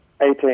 Eighteen